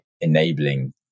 enabling